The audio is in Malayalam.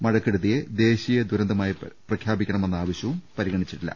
മഴക്കെ ടുതിയെ ദേശീയ ദുരന്തമായി പ്രഖ്യാപിക്കണമെന്ന ആവ ശ്യവും പരിഗണിച്ചില്ല